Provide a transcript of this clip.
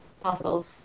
possible